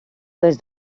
les